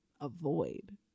avoid